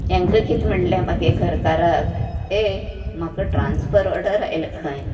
तेंकां कितें म्हळ्ळें मागे घरकारांक ए म्हाका ट्रान्फर ऑर्डर आयल्या खंय